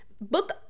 book